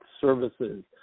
services